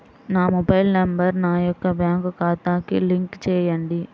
నా mobile number నా యొక్క బ్యాంక్ ఖాతాకి లింక్ చేయండీ?